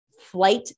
flight